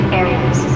areas